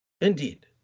Indeed